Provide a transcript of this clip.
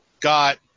got